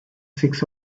six